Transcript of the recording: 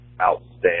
Outstanding